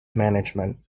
management